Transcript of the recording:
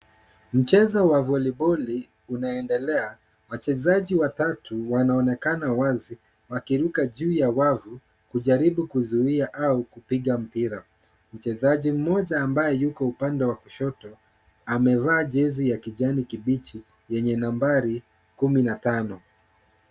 Mchezo wa voliboli unaendelea, wachezaji watatu wanaonekana wazi wakiruka juu ya wavu kujaribu kuzuia au kupiga mpira. Mchezaji mmoja ambaye yuko upande wa kushoto, amevaa jezi ya kijani kibichi yenye nambari 15.